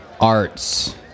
arts